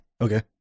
Okay